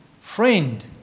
friend